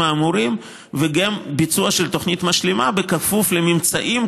האמורים וגם בביצוע של תוכנית משלימה בכפוף לממצאים,